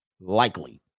likely